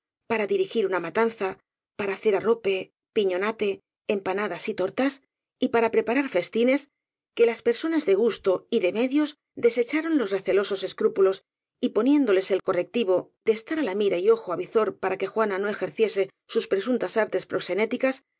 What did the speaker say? para dirigir una matanza para hacer arrope piñonate empanadas y tortas y para preparar festines que las personas de gusto y de medios desecharon los recelosos escrúpulos y poniéndoles el correctivo de estar á la mira y ojo avizor para que juana no ejerciese sus presuntas artes proxenéticas